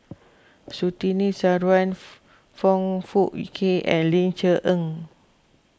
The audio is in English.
Surtini Sarwan Foong Fook Kay and Ling Cher Eng